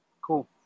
cool